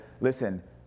listen